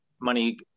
money